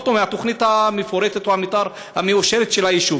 או מהתוכנית המפורטת או מהמתאר המאושר של היישוב.